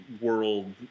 world